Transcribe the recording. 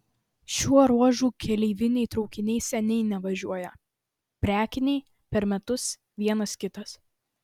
šiuo ruožu keleiviniai traukiniai seniai nevažiuoja prekiniai per metus vienas kitas